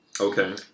Okay